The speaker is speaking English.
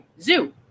zoo